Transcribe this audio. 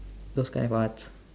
books I watch